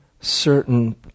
certain